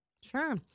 Sure